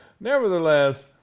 nevertheless